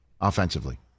Offensively